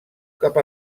cap